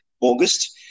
August